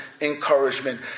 encouragement